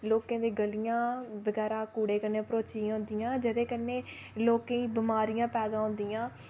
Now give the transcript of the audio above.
लोकें दियां गड्डियां कूड़े कन्नै भरोची दियां होंदियां ओह्दे कन्नै लोकें गी बमारियां पैदा होंदियां